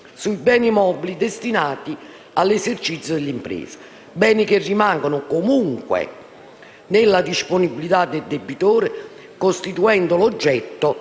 sui beni mobili destinati all'esercizio dell'impresa. Beni che rimangono comunque nella disponibilità del debitore, costituendo l'oggetto